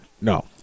No